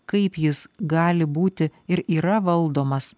kaip jis gali būti ir yra valdomas